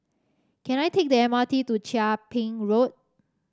can I take the M R T to Chia Ping Road